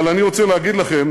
אבל אני רוצה להגיד לכם